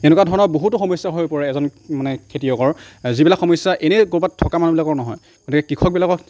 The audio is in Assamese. তেনেকুৱা ধৰণৰ বহুতো সমস্যা হৈ পৰে এজন মানে খেতিয়কৰ যিবিলাক সমস্যা এনেই ক'ৰবাত থকা মানুহবিলাকৰ নহয় গতিকে কৃষকবিলাকক